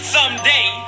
Someday